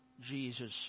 Jesus